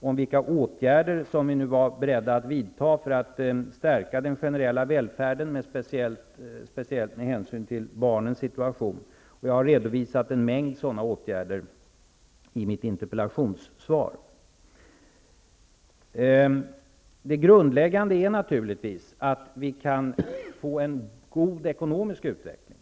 var vilka åtgärder vi nu är beredda att vidta för att stärka den generella välfärden, speciellt med hänsyn till barnens situation. Jag har redovisat en mängd sådana åtgärder i mitt interpellationssvar. Det grundläggande är naturligtvis att vi kan få en god ekonomisk utveckling.